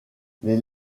les